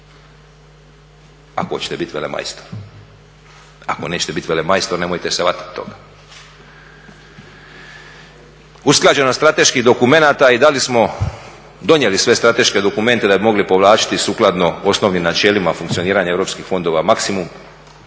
ako hoćete biti velemajstor. Ako nećete biti velemajstor, nemojte se hvatati toga. Usklađenost strateških dokumenata i da li smo donijeli sve strateške dokumente da bi mogli povlačiti sukladno osnovnim načelima funkcioniranja europskih fondova maksimum,